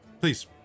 Please